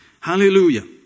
Hallelujah